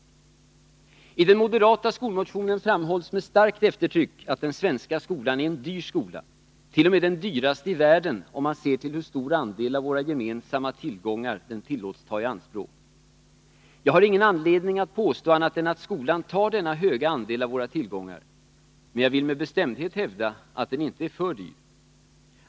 I den moderata skolmotionen framhålls med starkt eftertryck att den svenska skolan är en dyr skola, t.o.m. den dyraste i världen, om man ser till hur stor andel av våra gemensamma tillgångar den tillåts ta i anspråk. Jag har ingen anledning att påstå annat än att skolan tar denna höga andel av våra tillgångar, men jag vill med bestämdhet hävda att den inte är för dyr.